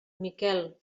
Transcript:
miquel